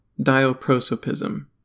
dioprosopism